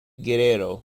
guerrero